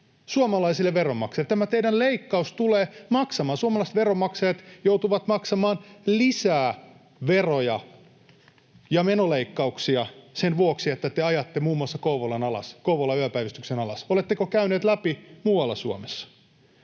suomalaisille veronmaksajille — tämä teidän leikkauksenne tulee maksamaan, suomalaiset veronmaksajat joutuvat maksamaan lisää veroja ja menoleikkauksia sen vuoksi, että te ajatte muun muassa Kouvolan yöpäivystyksen alas — niin oletteko käyneet läpi muualla Suomessa?